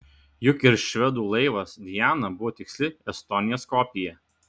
juk ir švedų laivas diana buvo tiksli estonijos kopija